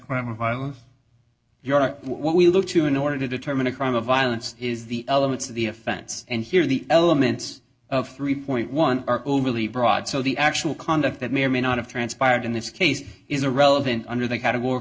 of violence you are what we look to in order to determine a crime of violence is the elements of the offense and here are the elements of three point one are overly broad so the actual conduct that may or may not have transpired in this case is a relevant under the category